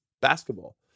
basketball